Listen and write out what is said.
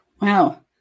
wow